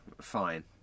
Fine